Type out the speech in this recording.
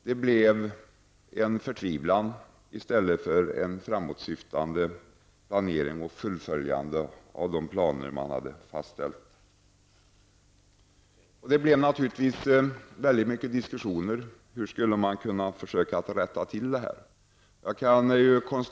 Det blev en förtvivlan i stället för en framåtsyftande planering och ett fullföljande av de planer man hade fastställt. Det blev naturligtvis mycket diskussioner om hur man skulle kunna försöka att rätta till den uppkomna situationen.